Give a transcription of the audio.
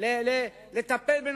מדובר בשכבה של 1 מיליון,